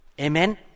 Amen